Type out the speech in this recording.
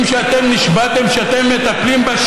אנחנו מגיעים להצבעה, ברשותכם.